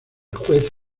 juez